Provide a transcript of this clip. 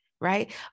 right